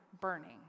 burning